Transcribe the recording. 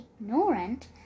ignorant